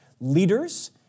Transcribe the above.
leaders